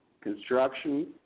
construction